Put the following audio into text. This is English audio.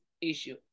issue